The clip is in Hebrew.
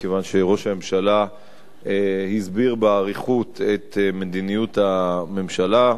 כיוון שראש הממשלה הסביר באריכות את מדיניות הממשלה,